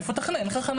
איפה תחנה?